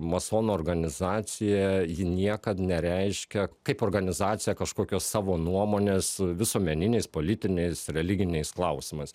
masonų organizacija ji niekad nereiškia kaip organizacija kažkokios savo nuomonės visuomeniniais politiniais religiniais klausimas